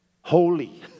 holy